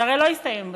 זה הרי לא יסתיים בזמן.